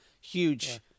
huge